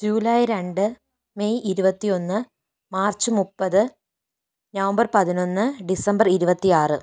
July രണ്ട് May ഇരുപത്തി ഒന്ന് മാർച്ച് മുപ്പത് നവംബർ പതിനൊന്ന് ഡിസംബർ ഇരുപത്തി ആറ്